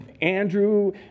Andrew